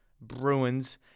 Bruins